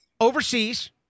overseas